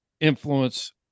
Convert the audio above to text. Influence